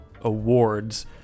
awards